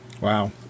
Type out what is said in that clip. Wow